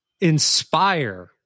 inspire